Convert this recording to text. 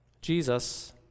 Jesus